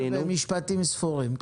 אם תוכל במשפטים ספורים,